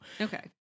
Okay